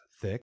thick